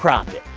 prophet,